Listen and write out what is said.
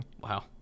Wow